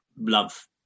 love